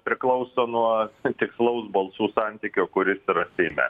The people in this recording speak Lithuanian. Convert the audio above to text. priklauso nuo tikslaus balsų santykio kuris yra seime